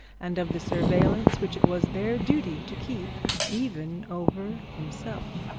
and of the surveillance which it was their duty to keep even over himself.